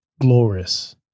glorious